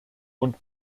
und